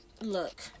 look